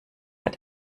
hat